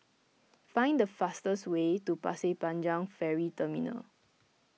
find the fastest way to Pasir Panjang Ferry Terminal